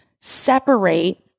separate